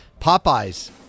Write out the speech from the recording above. Popeyes